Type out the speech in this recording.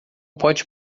pode